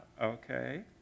okay